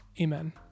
Amen